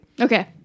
okay